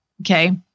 okay